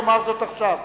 יאמר זאת עכשיו.